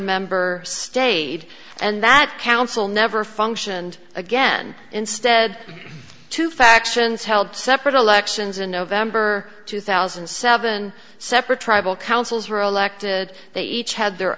member stayed and that council never functioned again instead two factions held separate elections in november two thousand and seven separate tribal councils were elected they each had their